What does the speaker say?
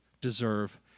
deserve